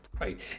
Right